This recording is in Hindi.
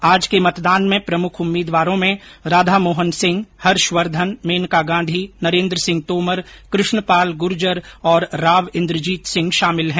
आज के मतदान में प्रमुख उम्मीदवारों में राधामोहन सिंह हर्षवर्धन मेनका गांधी नरेंद्र सिंह तोमर कृष्णपाल गुर्जर और राव इंद्रजीत सिंह शामिल हैं